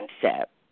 concept